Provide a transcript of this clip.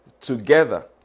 together